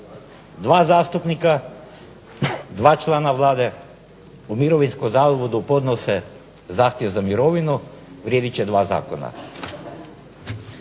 2 zastupnika, 2 člana Vlade u Mirovinskom zavodu podnose zahtjev za mirovinu vrijedit će 2 zakona.